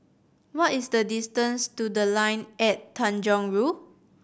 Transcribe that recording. what is the distance to The Line at Tanjong Rhu